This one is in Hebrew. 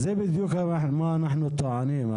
זה בדיוק מה שאנחנו טוענים,